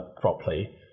properly